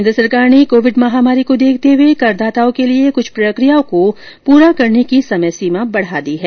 केन्द्र सरकार ने कोविड महामारी को देखते हुए करदाताओं के लिए कुछ प्रक्रियाओं को पूरा करने की समय सीमा बढ़ा दी है